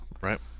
Right